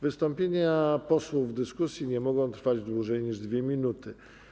Wystąpienia posłów w dyskusji nie mogą trwać dłużej niż 2 minuty.